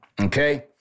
Okay